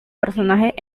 personajes